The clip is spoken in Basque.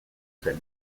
zen